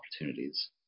opportunities